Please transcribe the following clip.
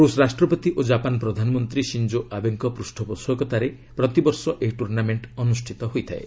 ରୁଷ ରାଷ୍ଟ୍ରପତି ଓ ଜାପାନ୍ ପ୍ରଧାନମନ୍ତ୍ରୀ ସିଞ୍ଜେ ଆବେଙ୍କ ପୂଷପୋଷକତାରେ ପ୍ରତିବର୍ଷ ଏହି ଟୁର୍ଣ୍ଣାମେଣ୍ଟ ଅନୁଷ୍ଠିତ ହୋଇଥାଏ